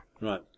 Right